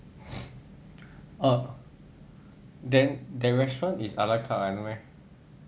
orh then the restaurant is ala carte what no meh